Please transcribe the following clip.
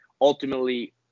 ultimately